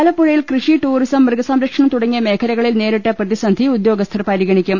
ആലപ്പുഴയിൽ കൃഷി ടൂറിസം മൃഗസംരക്ഷണം തുടങ്ങിയ മേഖലകളിൽ നേരിട്ട പ്രതിസന്ധി ഉദ്യോഗ സ്ഥർ പരിഗണിക്കും